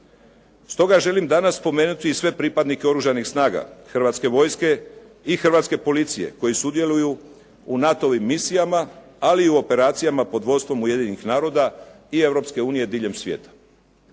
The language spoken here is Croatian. Stoga želim danas spomenuti i sve pripadnike Oružanih snaga Hrvatske vojske i Hrvatske policije koji sudjeluju u NATO-ovim misijama, ali i u operacijama pod vodstvom Ujedinjenih naroda i Europske unije